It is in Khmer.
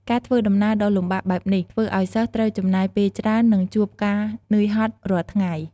ការធ្វើដំណើរដ៏លំបាកបែបនេះ ធ្វើឲ្យសិស្សត្រូវចំណាយពេលច្រើន និងជួបការនឿយហត់រាល់ថ្ងៃ។